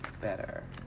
better